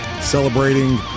Celebrating